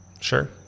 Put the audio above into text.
Sure